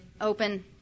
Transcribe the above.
open